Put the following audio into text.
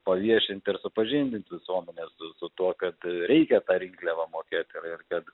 paviešint ir supažindint visuomenę su tuo kad reikia tą rinkliavą mokėt ir ir kad